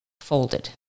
folded